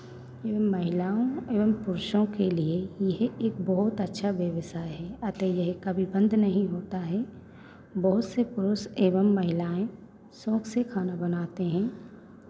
महिलाओं एवं पुरुषों के लिए यह एक बहुत अच्छा व्यवसाय है अतः यह कभी बंद नहीं होता है बहुत से पुरुष एवं महिलायें शौक से खाना बनाते हैं